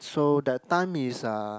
so that time is uh